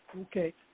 Okay